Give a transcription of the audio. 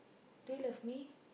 do you love me